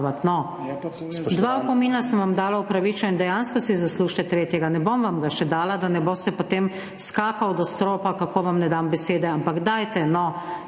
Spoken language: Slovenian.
no! Dva opomina sem vam dala upravičeno in dejansko si zaslužite tretjega. Ne bom vam ga še dala, da ne boste potem skakali do stropa, kako vam ne dam besede, ampak dajte, no.